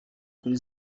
kuri